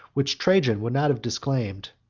which trajan would not have disclaimed,